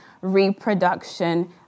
reproduction